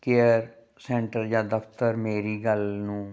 care centre ਜਾਂ ਦਫਤਰ ਮੇਰੀ ਗੱਲ ਨੂੰ